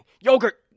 Yogurt